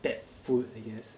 bad food I guess